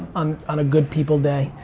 um on a good people day?